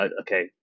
okay